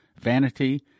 vanity